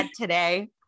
Today